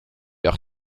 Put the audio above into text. leur